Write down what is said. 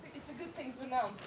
it's a good thing to you know